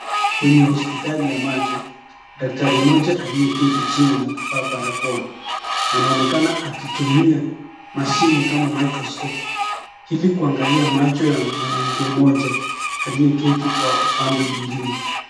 Kwenye hospitali ya macho daktari moja aliyeketi chini na kufaa barakoa anaonekana akitumia mashine kama (microscope) ili kuangalia macho ya mwanamke moja aliyeketi kwa upande mwingine.